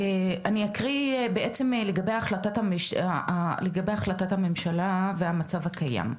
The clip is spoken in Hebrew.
אני אקריא בעצם לגבי החלטת הממשלה והמצב הקיים.